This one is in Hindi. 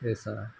ऐसा है